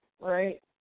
right